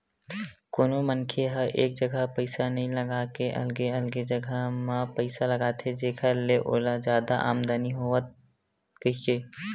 कोनो मनखे ह एक जगा पइसा नइ लगा के अलगे अलगे जगा म पइसा लगाथे जेखर ले ओला जादा आमदानी होवय कहिके